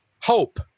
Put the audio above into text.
hope